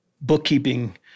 bookkeeping